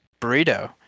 burrito